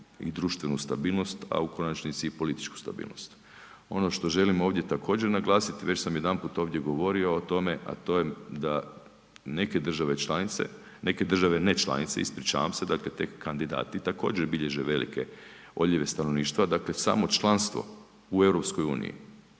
i društvenu stabilnost, a u konačnici i političku stabilnost. Ono što želim ovdje također naglasiti, već sam jedanput ovdje govorio o tome a to je da neke države članice, neke države ne članice, ispričavam se, dakle tek kandidati, također bilježe velike odljeve stanovništva. Dakle samo članstvo u EU